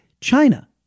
China